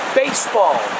baseball